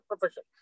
profession